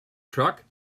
truck